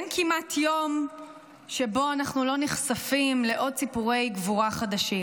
אין כמעט יום שבו אנו לא נחשפים לעוד סיפורי גבורה חדשים.